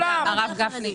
דיברתי על החרדים.